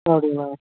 அப்படிங்களா